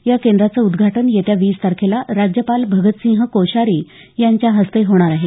या केंद्राचं उद्घाटन येत्या वीस तारखेला राज्यपाल भगतसिंह कोश्यारी यांच्या हस्ते होणार आहे